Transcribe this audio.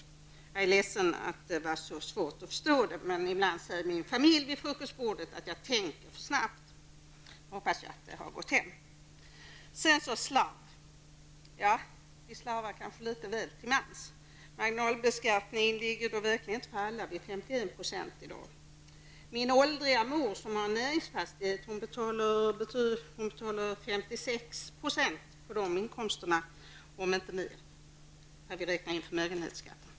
Jag är ledsen att det var så svårt att förstå detta. Ibland säger min familj vid frukostbordet att jag tänker för snabbt. Jag hoppas nu att detta har gått hem. Vi slarvar kanske litet grand till mans. Marginalbeskattningen ligger inte i dag för alla vid 51 %. Min åldriga mor, som har en näringsfastighet, betalar 56 % på inkomsterna från den om inte mer när man räknar in förmögenhetsskatten.